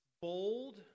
bold